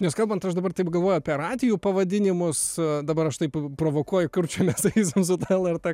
nes kalbant aš dabar taip galvoju apie radijų pavadinimus dabar aš taip provokuoju kur čia mes eisim su ta lrt